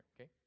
okay